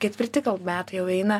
ketvirti metai jau eina